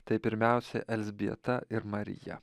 tai pirmiausia elzbieta ir marija